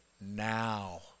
now